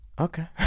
Okay